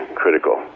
critical